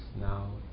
now